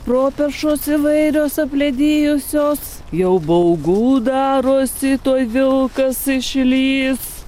properšos įvairios apledėjusios jau baugu darosi tuoj vilkas išlįs